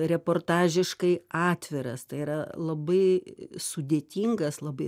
reportažiškai atviras tai yra labai sudėtingas labai